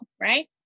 right